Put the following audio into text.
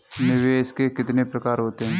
निवेश के कितने प्रकार होते हैं?